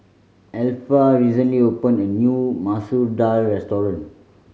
Alpha recently opened a new Masoor Dal restaurant